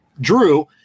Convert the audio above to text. Drew